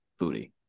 Foodie